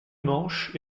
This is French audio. manche